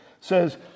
says